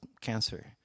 cancer